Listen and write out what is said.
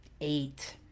eight